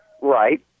Right